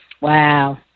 Wow